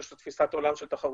שיש לו תפיסת עולם של תחרותיות,